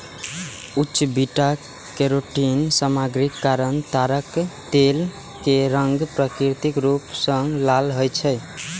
उच्च beta carotene सामग्रीक कारण ताड़क तेल के रंग प्राकृतिक रूप सं लाल होइ छै